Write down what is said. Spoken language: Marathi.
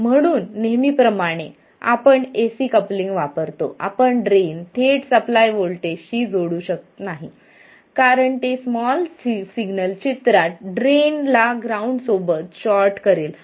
म्हणून नेहमीप्रमाणे आपण एसी कपलिंग वापरतो आपण ड्रेन थेट सप्लाय व्होल्टेजशी जोडू शकत नाही कारण ते स्मॉल सिग्नल चित्रात ड्रेन ला ग्राउंड सोबत शॉर्ट करेल